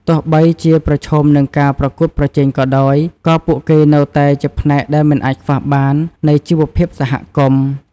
ទោះបីជាប្រឈមនឹងការប្រកួតប្រជែងក៏ដោយ ក៏ពួកគេនៅតែជាផ្នែកដែលមិនអាចខ្វះបាននៃជីវភាពសហគមន៍។